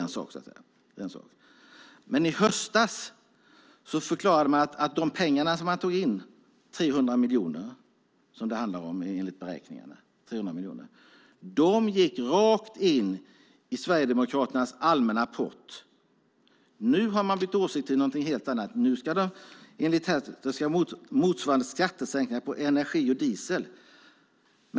I höstas förklarade man dock att de 300 miljoner man tog in på denna skatt skulle gå rakt in i Sverigedemokraternas allmänna pott. Nu har man bytt åsikt. Pengarna ska gå till motsvarande skattesänkning på energi och diesel.